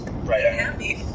right